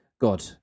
God